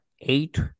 eight